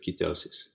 ketosis